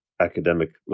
academic